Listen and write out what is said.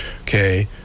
okay